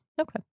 Okay